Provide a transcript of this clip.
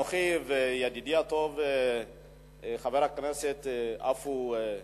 אנוכי וידידי הטוב חבר הכנסת עפו.